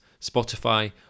Spotify